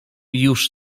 już